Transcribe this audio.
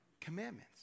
commandments